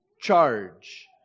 charge